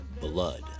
Blood